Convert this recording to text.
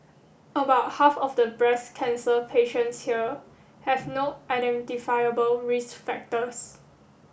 about half of the breast cancer patients here have no identifiable risk factors